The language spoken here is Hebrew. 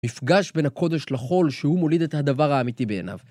מפגש בין הקודש לחול שהוא מוליד את הדבר האמיתי בעיניו.